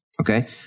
Okay